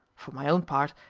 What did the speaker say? for my own part,